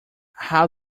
how